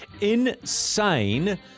insane